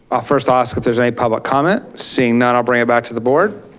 i'll first ask if there is any public comment, seeing none, i'll bring it back to the board.